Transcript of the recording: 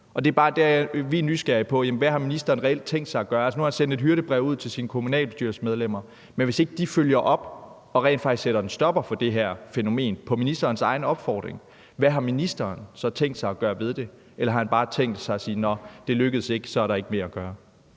vi er nysgerrige: Hvad har ministeren reelt tænkt sig at gøre? Nu har han sendt et hyrdebrev ud til sine kommunalbestyrelsesmedlemmer, men hvis ikke de følger op og rent faktisk sætter en stopper for det her fænomen på ministerens egen opfordring, hvad har ministeren så tænkt sig at gøre ved det? Har han bare tænkt sig at sige: Nå, det lykkedes ikke; så er der ikke mere at gøre?